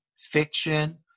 fiction